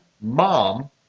mom